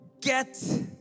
Get